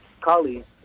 colleagues